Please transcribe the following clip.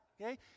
okay